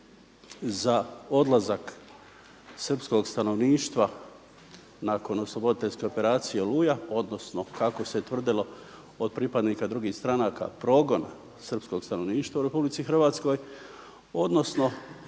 za odlazak srpskog stanovništva na osloboditeljske operacije Oluja odnosno kako se tvrdilo od pripadnika drugih stranaka, progon Srpskog stanovništva u RH odnosno